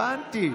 הבנתי.